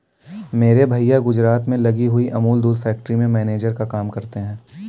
मेरे भैया गुजरात में लगी हुई अमूल दूध फैक्ट्री में मैनेजर का काम करते हैं